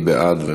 מי בעד?